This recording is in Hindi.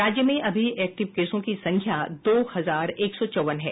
राज्य में अभी एक्टीव केसों की संख्या दो हजार एक सौ चौवन है